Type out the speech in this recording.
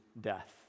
death